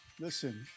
listen